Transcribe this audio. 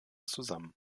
zusammen